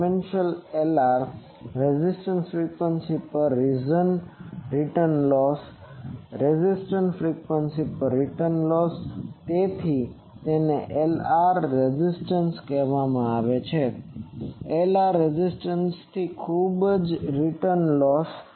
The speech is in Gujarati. ડાયમેન્શનલેસ એલઆર રેઝનન્ટ ફ્રીક્વન્સી પર reason return loss resonant frequency પર રીટર્ન લોસ તેથી જ તેને Lr res કહેવામાં આવે છે અને એલઆર રેઝનન્સથી ખૂબ જ રીટર્ન લોસ